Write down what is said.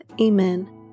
Amen